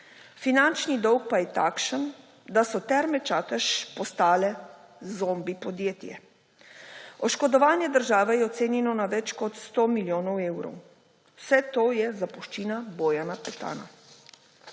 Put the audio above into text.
Finančni dolg pa je takšen, da so Terme Čatež postale zombi podjetje. Oškodovanje države je ocenjeno na več kot 100 milijonov evrov. Vse to je zapuščina Bojana Petana.